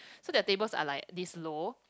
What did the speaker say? so their tables are like this low